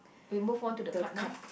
we move on to the card now